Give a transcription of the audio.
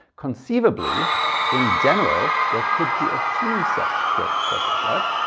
conceivably in general there could be a few such straight crosses. right?